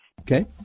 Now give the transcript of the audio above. Okay